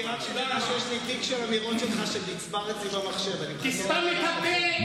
תסתום את הפה.